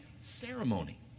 ceremony